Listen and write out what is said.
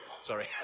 sorry